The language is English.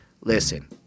listen